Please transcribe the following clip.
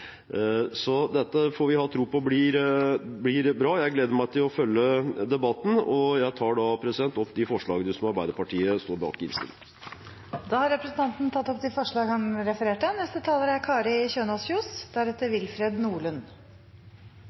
Så dette får vi ha tro på blir bra – jeg gleder meg til å følge debatten. Jeg tar da opp de forslagene som Arbeiderpartiet står bak i innstillingen. Da har representanten Stein Erik Lauvås tatt opp de forslagene han refererte til. I dag skal vi behandle forslag til en ny og moderne kommunelov. Det er